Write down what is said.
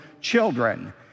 children